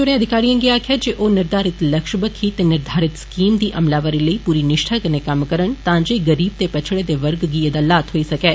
उनें अधिकारिएं गी आक्खेआ जे ओ निर्धारित लक्ष्य बक्खी ते निर्धारित स्कीम दी अमलावरी लेई पूरी निश्ठा कन्नै कम्म करने लेई आक्खेआ तां जे गरीब ते पच्छड़े दे वर्ग गी ऐदा लाह् थ्होई सकै